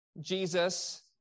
Jesus